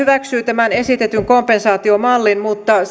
tämän esitetyn kompensaatiomallin mutta samalla valiokunta huomauttaa että